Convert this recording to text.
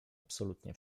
absolutnie